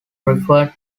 referred